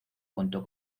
contó